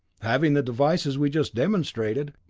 having the devices we just demonstrated,